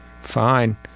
fine